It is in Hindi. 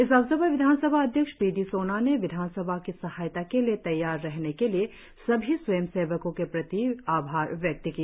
इस अवसर पर विधानसभा अध्यक्ष पी डी सोना ने विधानसभा की सहायता के लिए तैयार रहने के लिए सभी स्वयं सेवको के प्रति आभार व्यक्त किया